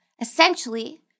Essentially